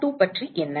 F22 பற்றி என்ன